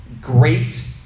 great